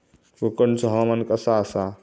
कोकनचो हवामान कसा आसा?